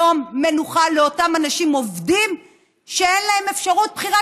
יום מנוחה לאותם אנשים עובדים שאין להם אפשרות בחירה,